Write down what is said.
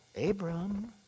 Abram